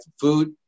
Food